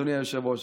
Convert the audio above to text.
אדוני היושב-ראש,